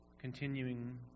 Continuing